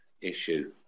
issue